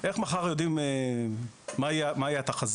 אז בוא נתחיל קודם כל איך מחר יודעים מה תהיה התחזית,